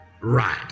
right